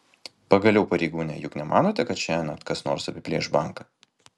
pagaliau pareigūne juk nemanote kad šiąnakt kas nors apiplėš banką